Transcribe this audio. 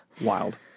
wild